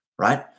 right